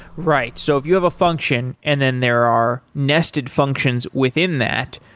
right. so if you have a function and then there are nested functions within that,